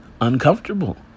uncomfortable